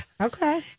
Okay